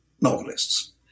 novelists